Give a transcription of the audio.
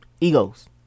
Egos